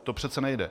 To přece nejde.